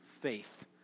faith